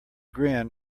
grin